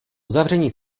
uzavření